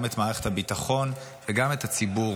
גם את מערכת הביטחון וגם את הציבור,